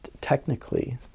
technically